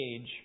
age